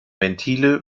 ventile